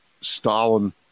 Stalin